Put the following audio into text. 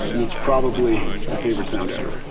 it's probably my favorite sound ever.